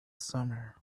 summer